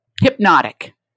hypnotic